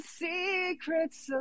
secrets